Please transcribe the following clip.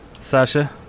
Sasha